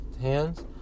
hands